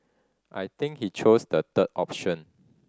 I think he chose the third option